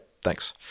Thanks